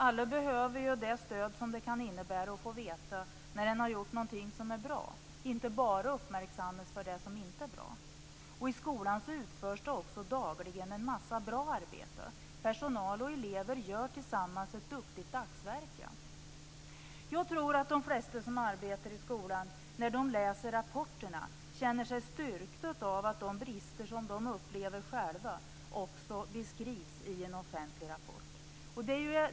Alla behöver ju det stöd som det kan innebära att få veta när de har gjort något som är bra och inte bara uppmärksammas för det som inte är bra. I skolan utförs det också dagligen en mängd bra arbete. Personal och elever gör tillsammans ett duktigt dagsverke. Jag tror att de flesta som arbetar i skolan, när de läser rapporterna, känner sig styrkta av att de brister som de själva upplever också beskrivs i en offentlig rapport.